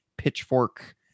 pitchfork